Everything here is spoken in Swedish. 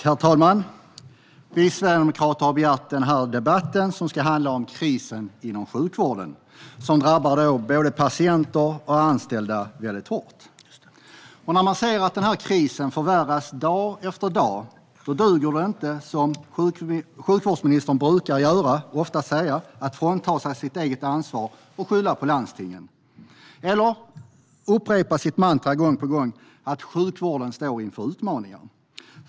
Herr talman! Vi sverigedemokrater har begärt den här debatten som ska handla om krisen inom sjukvården som drabbar både patienter och anställda mycket hårt. När man ser att den här krisen förvärras dag efter dag duger det inte att, som sjukvårdsministern oftast brukar göra, frånsäga sig sitt eget ansvar och skylla på landstingen eller att gång på gång upprepa sitt mantra att sjukvården står inför utmaningar.